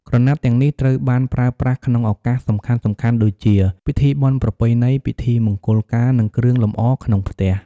ក្រណាត់ទាំងនេះត្រូវបានប្រើប្រាស់ក្នុងឱកាសសំខាន់ៗដូចជា ពិធីបុណ្យប្រពៃណី ពិធីមង្គលការ និងគ្រឿងលម្អក្នុងផ្ទះ។